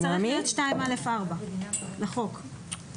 זה סעיף 2א(4) לחוק.